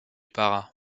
pará